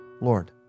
Lord